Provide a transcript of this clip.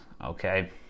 Okay